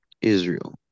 israel